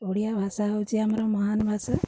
ଓଡ଼ିଆ ଭାଷା ହେଉଛି ଆମର ମହାନ ଭାଷା